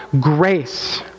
grace